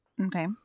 okay